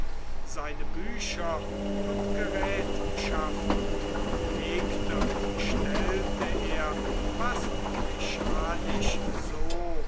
seine bücher und gerätschaften legte und stellte er fast mechanisch so